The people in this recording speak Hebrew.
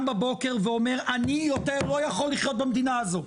בבוקר ואומר אני יותר לא יכול לחיות במדינה הזו,